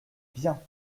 bien